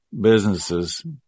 businesses